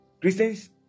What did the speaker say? Christians